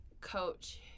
coach